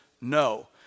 no